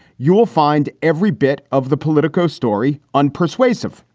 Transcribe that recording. you will find every bit of the politico story unpersuasive.